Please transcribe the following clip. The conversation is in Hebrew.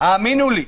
האמינו לי.